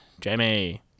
Jamie